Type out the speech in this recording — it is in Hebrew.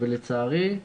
לצערי,